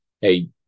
hey